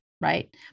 right